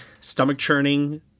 stomach-churning